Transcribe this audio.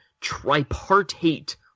tripartite